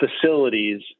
facilities